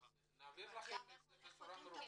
נעביר לכם את זה בצורה מרוכזת.